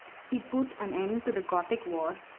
he put an end to the gothic war,